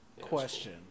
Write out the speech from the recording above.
Question